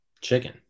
chicken